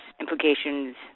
implications